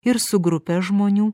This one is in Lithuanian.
ir su grupe žmonių